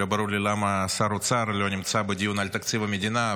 לא ברור לי למה שר האוצר לא נמצא בדיון על תקציב המדינה,